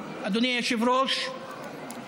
אדוני היושב-ראש,